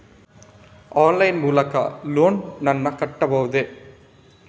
Online line ಮೂಲಕ loan ನನ್ನ ಕಟ್ಟಬಹುದೇ?